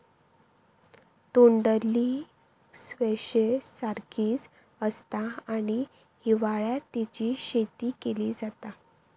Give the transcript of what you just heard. तोंडली स्क्वैश सारखीच आसता आणि हिवाळ्यात तेची शेती केली जाता